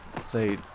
Say